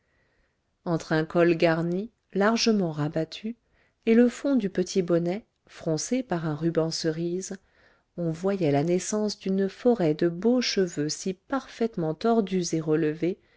entre un col garni largement rabattu et le fond du petit bonnet froncé par un ruban cerise on voyait la naissance d'une forêt de beaux cheveux si parfaitement tordus et relevés